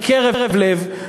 מקרב לב,